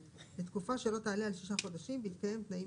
לתקופה שלא תעלה על שישה חודשים בהתקיים תנאים